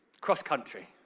cross-country